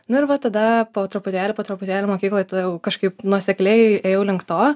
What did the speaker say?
nu ir va tada po truputėlį po truputėlį mokykloj tada jau kažkaip nuosekliai ėjau link to